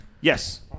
Yes